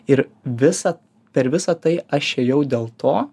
ir visa per visą tai aš ėjau dėl to